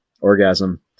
orgasm